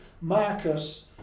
Marcus